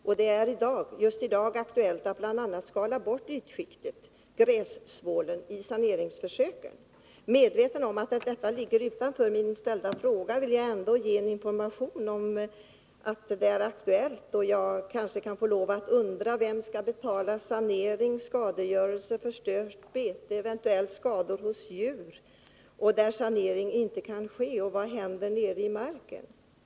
Just i dag är det aktuellt att bl.a. skala bort ytskiktet, grässvålen, vid saneringsförsöken. Jag är medveten om att detta ligger vid sidan av den ställda frågan, men vill ändå informera om att det är aktuellt. Kanske får jag lov att fråga vem som skall betala för sanering, skadegörelse, förstört bete, eventuella skador på djur och över huvud taget skador där sanering inte kan ske. Och vad händer nere i marken?